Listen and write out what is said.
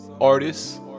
artists